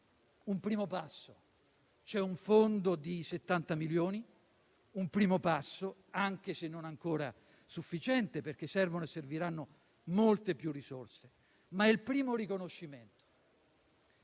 un primo passo, un fondo di 70 milioni di euro; è un primo passo, anche se non ancora sufficiente, perché servono e serviranno molte più risorse. Però è un primo riconoscimento